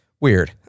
Weird